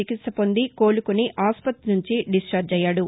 చికిత్స పొంది కోలుకుని ఆసుపుతి నుండి దిశ్చార్జ్ అయ్యాడు